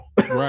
right